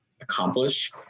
accomplish